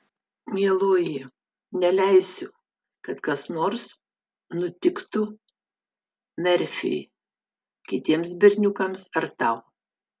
mieloji neleisiu kad kas nors nutiktų merfiui kitiems berniukams ar tau